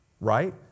Right